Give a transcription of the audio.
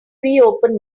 reopen